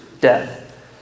death